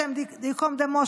השם ייקום דמו,